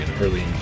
early